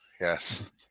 Yes